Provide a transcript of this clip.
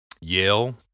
Yale